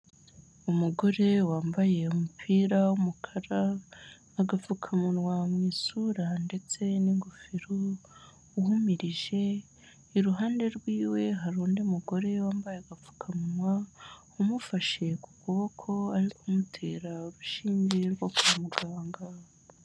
Umugore wambaye umupira w'umukara, n'agapfukamunwa mu isura ndetse n'ingofero uhumirije, iruhande rw'iwe hari undi mugore wambaye agapfukamunwa umufashe ku kuboko, ari kumutera urushinge rwo kwa muganga.